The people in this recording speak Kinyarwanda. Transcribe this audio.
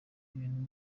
ibintu